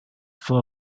for